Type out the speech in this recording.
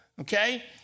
okay